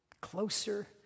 Closer